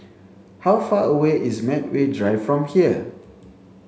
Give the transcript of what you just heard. how far away is Medway Drive from here